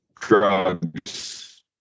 drugs